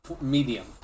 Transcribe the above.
medium